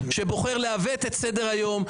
שבוחר לעוות את סדר היום,